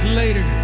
later